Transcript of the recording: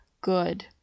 good